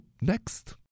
next